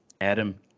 Adam